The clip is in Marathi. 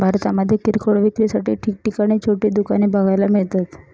भारतामध्ये किरकोळ विक्रीसाठी ठिकठिकाणी छोटी दुकाने बघायला मिळतात